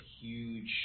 huge